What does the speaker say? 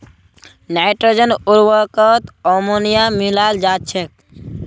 nitrogen उर्वरकत ammonia मिलाल जा छेक